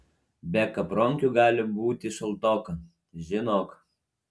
be kapronkių gali būti šaltoka žinok